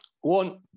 one